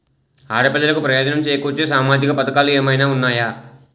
ఆడపిల్లలకు ప్రయోజనం చేకూర్చే సామాజిక పథకాలు ఏమైనా ఉన్నాయా?